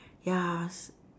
ya s~